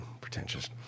pretentious